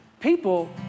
People